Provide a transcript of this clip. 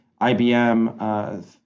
IBM